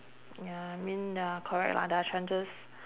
ya I mean ya correct lah their chances